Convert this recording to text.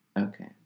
Okay